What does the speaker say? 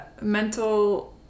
mental